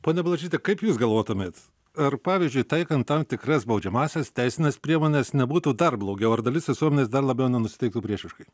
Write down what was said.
pone blažyte kaip jūs galvotumėt ar pavyzdžiui taikant tam tikras baudžiamąsias teisines priemones nebūtų dar blogiau ar dalis visuomenės dar labiau nenusiteiktų priešiškai